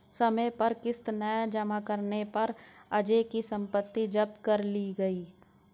समय पर किश्त न जमा कर पाने पर अजय की सम्पत्ति जब्त कर ली गई